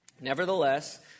Nevertheless